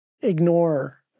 ignore